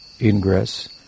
ingress